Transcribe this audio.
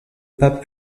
pas